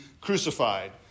crucified